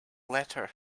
letter